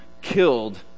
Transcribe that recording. killed